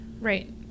Right